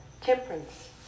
Temperance